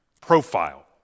profile